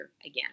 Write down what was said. again